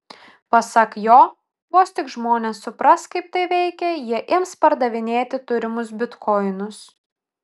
pasak jo vos tik žmonės supras kaip tai veikia jie ims pardavinėti turimus bitkoinus